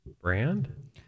brand